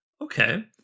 Okay